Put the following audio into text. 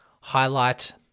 highlight